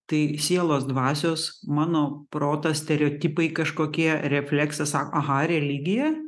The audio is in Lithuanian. tai sielos dvasios mano proto stereotipai kažkokie refleksas aha religija